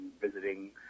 visiting